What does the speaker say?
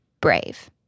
brave